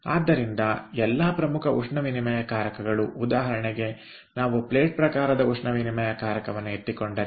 ಆದ್ದರಿಂದ ಎಲ್ಲಾ ಪ್ರಮುಖ ಉಷ್ಣವಿನಿಮಯಕಾರಕಗಳುಉದಾಹರಣೆಗೆ ನಾವು ಪ್ಲೇಟ್ ಪ್ರಕಾರದ ಉಷ್ಣವಿನಿಮಯಕಾರಕವನ್ನು ಎತ್ತಿಕೊಂಡರೆ